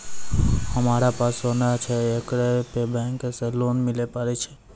हमारा पास सोना छै येकरा पे बैंक से लोन मिले पारे छै?